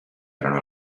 erano